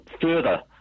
further